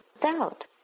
doubt